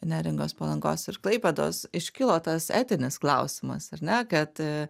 neringos palangos ir klaipėdos iškilo tas etinis klausimas ar ne kad